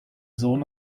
sohn